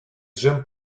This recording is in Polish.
dżem